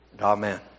Amen